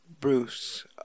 Bruce